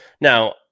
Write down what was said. Now